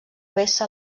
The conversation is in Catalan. vessa